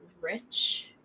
rich